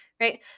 right